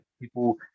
people